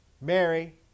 Mary